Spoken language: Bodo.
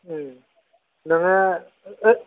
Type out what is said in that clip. उम नोङो